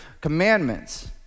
commandments